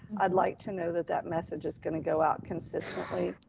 i'd like to know that that message is gonna go out consistently.